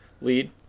lead